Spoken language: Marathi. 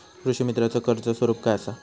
कृषीमित्राच कर्ज स्वरूप काय असा?